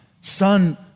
son